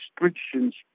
restrictions